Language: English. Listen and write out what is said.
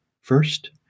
first